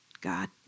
God